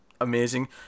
amazing